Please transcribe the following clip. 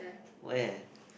where